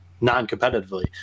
non-competitively